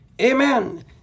Amen